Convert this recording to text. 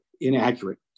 inaccurate